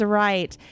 right